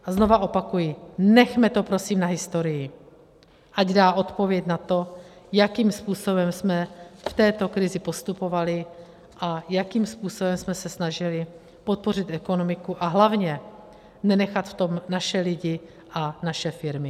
A znovu opakuji, nechme to prosím na historii, ať dá odpověď na to, jakým způsobem jsme v této krizi postupovali a jakým způsobem jsme se snažili podpořit ekonomiku a hlavně nenechat v tom naše lidi a naše firmy.